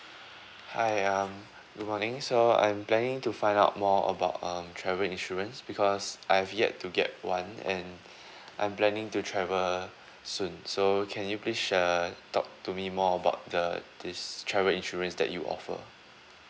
hi um good morning so I'm planning to find out more about um travel insurance because I've yet to get one and I'm planning to travel soon so can you please share uh talk to me more about the this travel insurance that you offer